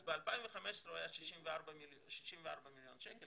אז ב-2015 הוא היה 64 מיליון שקל,